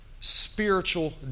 Spiritual